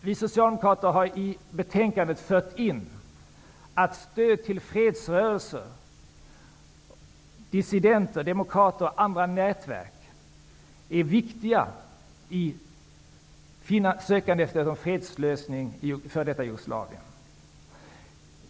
Vi socialdemokrater har i betänkandet fört in att stöd till fredsrörelser, dissidenter, demokrater och andra nätverk är viktiga när det gäller att söka en fredslösning i f.d. Jugoslavien.